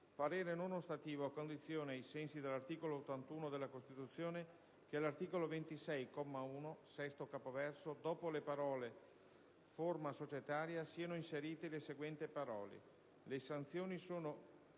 parere non ostativo a condizione, ai sensi dell'articolo 81 della Costituzione, che all'articolo 26, comma 1, quinto capoverso, dopo le parole "forma societaria" siano inserite le seguenti parole: